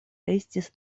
estis